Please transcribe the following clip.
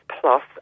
Plus